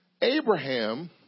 Abraham